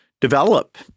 develop